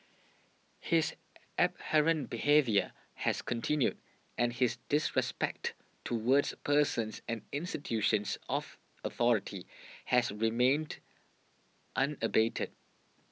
his abhorrent behaviour has continued and his disrespect towards persons and institutions of authority has remained unabated